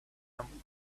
and